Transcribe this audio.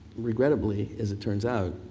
regrettably as it turns out,